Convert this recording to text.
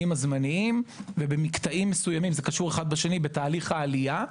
הזמניים ובמקטעים מסוימים זה קשור אחד בשני בתהליך העלייה.